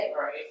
Right